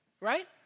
right